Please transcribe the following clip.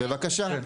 בבקשה.